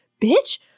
bitch